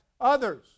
others